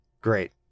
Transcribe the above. Great